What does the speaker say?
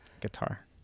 Guitar